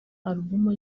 albumu